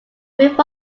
move